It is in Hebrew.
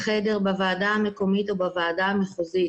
חדר בוועדה המקומית או בוועדה המחוזית.